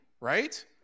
right